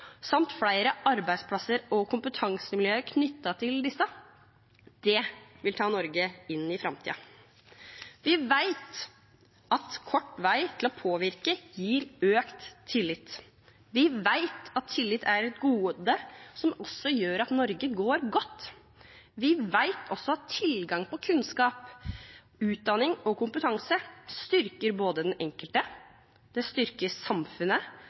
samt flere arbeidsplasser og kompetansemiljøer knyttet til disse – det vil ta Norge inn i framtiden. Vi vet at kort vei til å påvirke gir økt tillit. Vi vet at tillit er et gode som også gjør at Norge går godt. Vi vet også at tilgang på kunnskap, utdanning og kompetanse styrker den enkelte, det styrker samfunnet